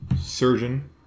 surgeon